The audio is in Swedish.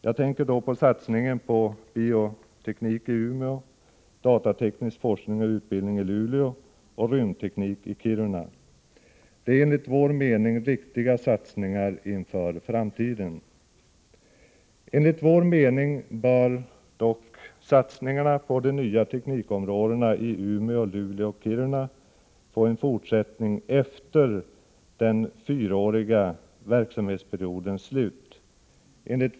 Jag tänker då på satsningen på bioteknik i Umeå, på datateknisk forskning och utbildning i Luleå och på rymdteknik i Kiruna. Det är enligt vår mening riktiga satsningar inför framtiden. Enligt vår mening bör dock satsningarna på de nya teknikområdena i Umeå, Luleå och Kiruna få en fortsättning efter den fyraåriga verksamhetsperiodens slut.